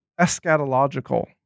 eschatological